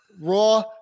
Raw